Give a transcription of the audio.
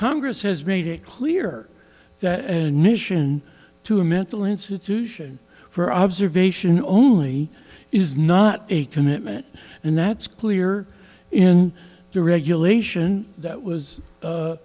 congress has made it clear that and mission to a mental institution for observation only is not a commitment and that's clear in the regulation that was